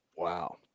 Wow